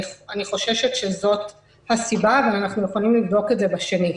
אני חוששת שזאת הסיבה אבל אנחנו יכולים לבדוק את זה בשנית.